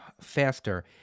faster